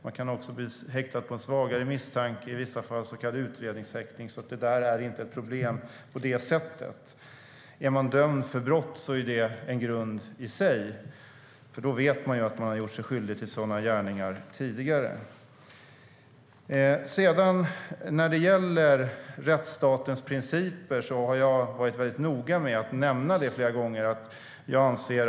Man kan också bli häktad vid en svagare misstanke. I vissa fall blir det en så kallad utredningshäktning. Det är alltså inte ett problem på det sättet. Är någon dömd för brott är det en grund i sig, för då vet man att personen har gjort sig skyldig till sådana gärningar tidigare. När det gäller rättsstatens principer har jag varit väldigt noga med att nämna flera gånger vad jag anser.